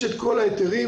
יש את כל ההיתרים.